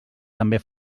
també